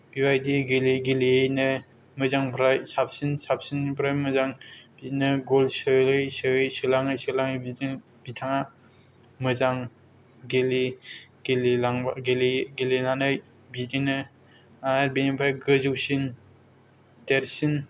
बिबायदि गेले गेलेयैनो मोजांफ्राय साबसिन साबसिन्निफ्राय मोजां बिदिनो गल सोयै सोयै सोलाङै सोलाङै बिदिनो बिथाङा मोजां गेले गेलेलांबाय गेलेयै गेलेनानै बिदिनो आरो बेनिफ्राय गोजौसिन देरसिन